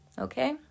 okay